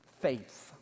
faith